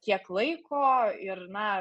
kiek laiko ir na